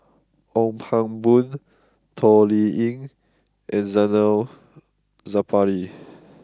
Ong Pang Boon Toh Liying and Zainal Sapari